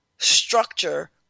Structure